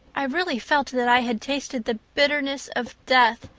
i really felt that i had tasted the bitterness of death,